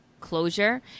closure